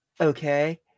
okay